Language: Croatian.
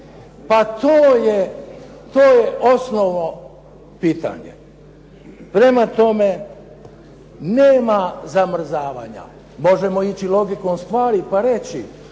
Pa to je osnovno pitanje. Prema tome, nema zamrzavanja. Možemo ići logikom stvari pa reći